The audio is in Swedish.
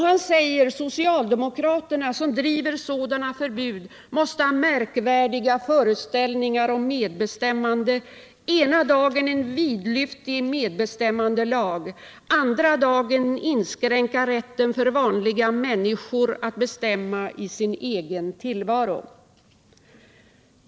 Han säger att socialdemokraterna, som driver på genomförandet av sådana förbud, måste ha märkvärdiga föreställningar om medbestämmande: den ena dagen en vidlyftig medbestämmandelag, den andra dagen inskränkning av rätten för vanliga människor att bestämma i sin egen tillvaro.